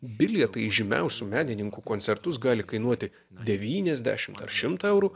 bilietai į žymiausių menininkų koncertus gali kainuoti devyniasdešimt ar šimtą eurų